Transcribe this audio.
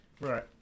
Right